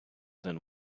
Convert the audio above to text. than